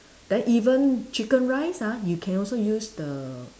then even chicken rice ah you can also use the